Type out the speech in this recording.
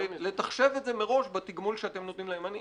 לתחשב את זה מראש בתגמול שאתם נותנים להם.